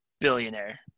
billionaire